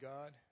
God